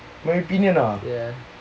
my opinion ah